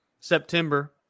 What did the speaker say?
September